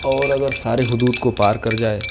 اور اگر سارے حدود کو پار کر جائے